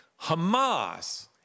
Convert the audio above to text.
Hamas